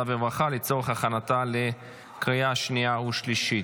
והרווחה לצורך הכנתה לקריאה שנייה ושלישית.